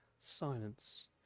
silence